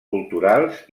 culturals